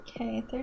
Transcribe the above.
Okay